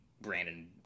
Brandon